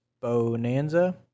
Bonanza